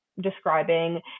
describing